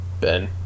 Ben